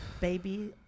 Baby